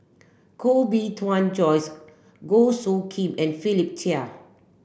Koh Bee Tuan Joyce Goh Soo Khim and Philip Chia